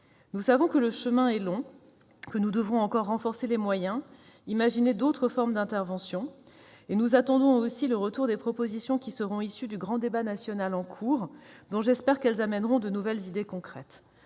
Nous savons que le chemin est long, que nous devons encore renforcer les moyens et imaginer d'autres formes d'intervention. Nous attendons aussi le retour des propositions issues du grand débat national en cours dont j'espère qu'elles amèneront de nouvelles idées concrètes.